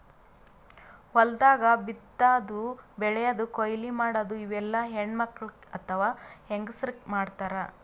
ಹೊಲ್ದಾಗ ಬಿತ್ತಾದು ಬೆಳ್ಯಾದು ಕೊಯ್ಲಿ ಮಾಡದು ಇವೆಲ್ಲ ಹೆಣ್ಣ್ಮಕ್ಕಳ್ ಅಥವಾ ಹೆಂಗಸರ್ ಮಾಡ್ತಾರ್